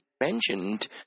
mentioned